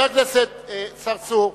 הכנסת צרצור,